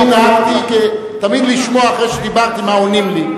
אני נהגתי תמיד לשמוע אחרי שדיברתי מה עונים לי.